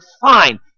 fine